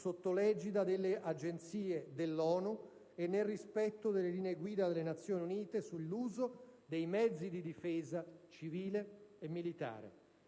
sotto l'egida delle agenzie dell'ONU e nel rispetto delle linee guida delle Nazioni Unite sull'uso dei mezzi di difesa civile e militare.